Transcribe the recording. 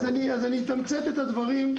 אז אני אתמצת את הדברים.